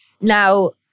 Now